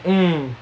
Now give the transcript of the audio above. mm